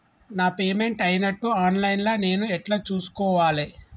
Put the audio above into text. నా పేమెంట్ అయినట్టు online లా నేను ఎట్ల చూస్కోవాలే?